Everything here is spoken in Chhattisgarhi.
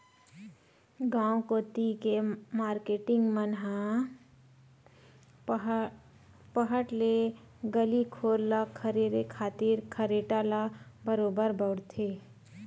गांव कोती के मारकेटिंग मन ह पहट ले गली घोर ल खरेरे खातिर खरेटा ल बरोबर बउरथे